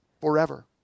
forever